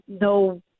no